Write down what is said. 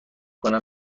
کنم